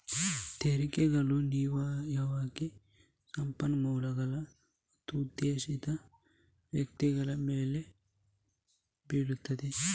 ತೆರಿಗೆಗಳು ಅನಿವಾರ್ಯವಾಗಿ ಸಂಪನ್ಮೂಲಗಳು ಮತ್ತು ಉದ್ದೇಶಿತ ವ್ಯಕ್ತಿಗಳ ಮೇಲೆ ಬೀಳುತ್ತವೆ